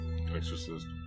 Exorcist